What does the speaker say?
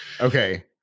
okay